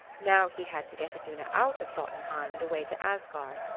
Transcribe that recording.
now he had to get iduna out of jotunheim and away to asgard.